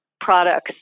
products